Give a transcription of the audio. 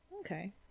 okay